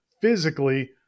physically